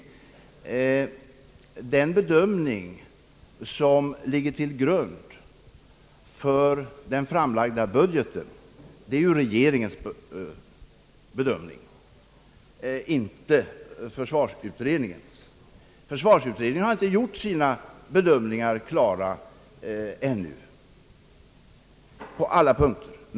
Det är regeringens och inte försvarsutredningens bedömning som ligger till grund för den framlagda budgeten vad gäller försvaret. Försvarsutredningens bedömningar är ännu inte klara på alla punkter.